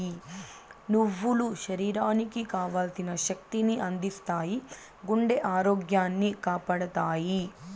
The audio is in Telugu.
నువ్వులు శరీరానికి కావల్సిన శక్తి ని అందిత్తాయి, గుండె ఆరోగ్యాన్ని కాపాడతాయి